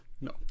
No